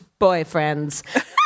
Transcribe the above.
boyfriends